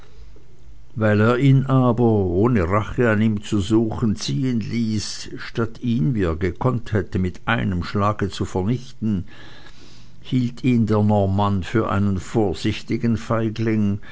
weil er ihn aber ohne rache an ihm zu suchen ziehen ließ statt ihn wie er gekonnt hätte mit einem schlage zu vernichten hielt ihn der normann für einen vorsichtigen feigling